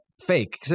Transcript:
fake